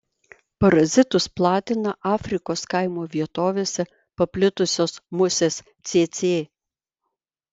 parazitus platina afrikos kaimo vietovėse paplitusios musės cėcė